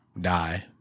die